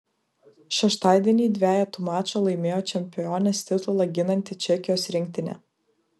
šeštadienį dvejetų mačą laimėjo čempionės titulą ginanti čekijos rinktinė